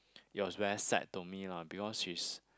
it was very sad to me lah because she is